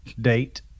date